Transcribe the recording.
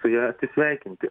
su ja atsisveikinti